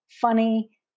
funny